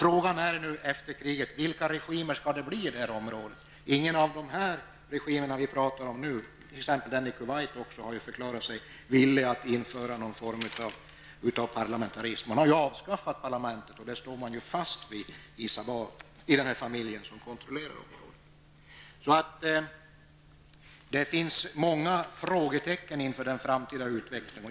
Frågan är nu: Vilka regimer skall det bli i det här området efter kriget? Ingen av dem vi pratar om nu -- exempelvis i Kuwait -- har förklarat sig villig att införa någon form av parlamentarism. Man har avskaffat parlamentet, och det står man i den familj som kontrollerar området fast vid. Det finns därför många frågetecken inför den framtida utvecklingen.